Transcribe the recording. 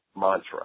mantra